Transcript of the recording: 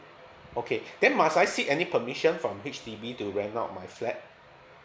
okay then must I seek any permission from H_D_B to rent out my flat